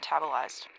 metabolized